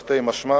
במלוא מובן המלה,